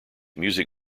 music